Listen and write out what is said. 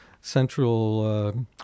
central